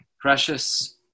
Precious